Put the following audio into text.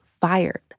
fired